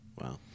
Wow